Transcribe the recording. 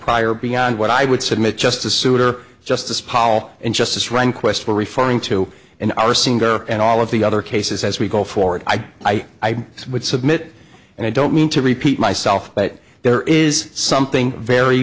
prior beyond what i would submit justice souter justice powell and justice rehnquist were referring to in our singer and all of the other cases as we go forward i i i would submit and i don't mean to repeat myself but there is something very